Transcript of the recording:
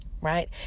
right